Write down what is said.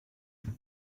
you